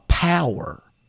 power